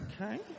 Okay